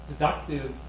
deductive